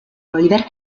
oliver